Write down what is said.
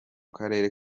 karere